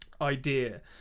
idea